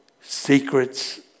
secrets